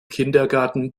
kindergarten